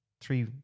three